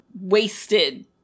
wasted